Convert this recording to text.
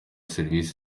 serivisi